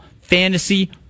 fantasy